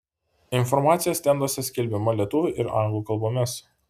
informacija stenduose skelbiama lietuvių ir anglų kalbomis